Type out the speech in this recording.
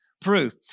Proof